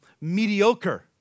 mediocre